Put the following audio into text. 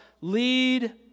lead